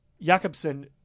Jakobsen